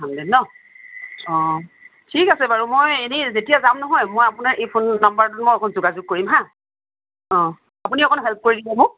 hundred ন অঁ ঠিক আছে বাৰু মই এনেই যেতিয়া যাঁও নহয় মই আপোনাক এই ফোন নম্বাৰটোত মই যোগাযোগ কৰিম হাঁ অঁ আপুনি অকন হেল্প কৰি দিব মোক